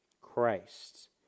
Christ